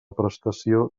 prestació